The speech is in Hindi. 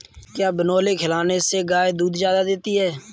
क्या बिनोले खिलाने से गाय दूध ज्यादा देती है?